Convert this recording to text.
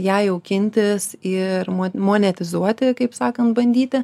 ją jaukintis ir mo monetizuoti kaip sakant bandyti